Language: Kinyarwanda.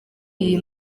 iyi